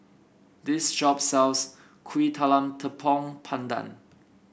this shop sells Kuih Talam Tepong Pandan